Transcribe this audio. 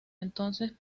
entonces